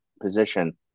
position